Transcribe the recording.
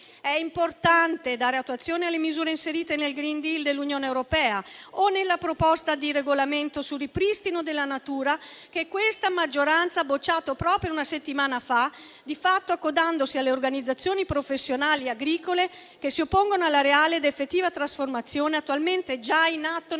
È importante dare attuazione alle misure inserite nel *green deal* dell'Unione europea o nella proposta di regolamento sul ripristino della natura, che questa maggioranza ha bocciato proprio una settimana fa, di fatto accodandosi alle organizzazioni professionali agricole che si oppongono alla reale ed effettiva trasformazione attualmente già in atto nel